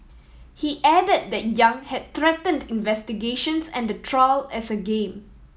he added that Yang had threatened investigations and the trial as a game